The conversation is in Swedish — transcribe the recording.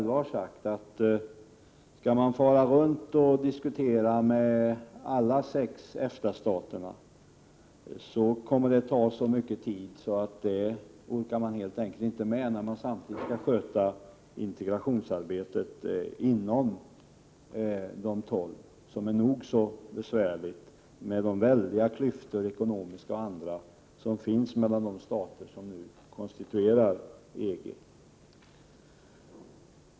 EG har sagt, att om man skall fara runt och diskutera med alla sex EFTA-stater, kommer det att ta så mycket tid att man helt enkelt inte orkar med det, om man samtidigt skall sköta integrationsarbetet inom de tolv staterna, vilket är nog så besvärligt med tanke på de ekonomiska och andra klyftor som finns mellan de stater som nu konstituerar EG.